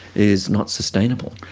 is not sustainable.